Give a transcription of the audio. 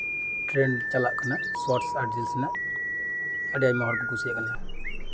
trend ᱪᱟᱞᱟᱜ ᱠᱟᱱᱟ shorts ᱟᱨ ᱨᱤᱞᱥ ᱨᱚᱱᱟᱜ ᱟᱹᱰᱤ ᱟᱭᱢᱟ ᱦᱚᱲ ᱠᱚ ᱠᱩᱥᱤᱭᱟᱜ ᱠᱟᱱᱟ